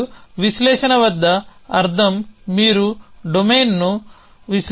మరియు విశ్లేషణ వద్ద అర్థం మీరు డూమైన్ని విశ్లేషించాలి